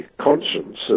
conscience